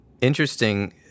interesting